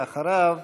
אחריו,